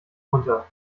runter